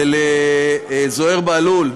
ולזוהיר בהלול,